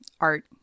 art